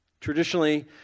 Traditionally